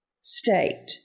state